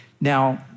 Now